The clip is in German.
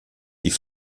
die